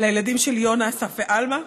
לילדים שלי יונה, אסף ואלמה,